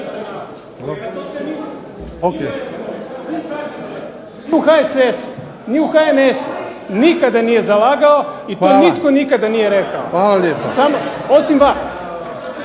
u HSS-u ni u HNS-u nikada nije zalagao i to nitko nikada nije rekao. **Bebić,